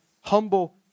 humble